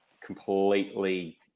completely